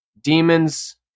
demons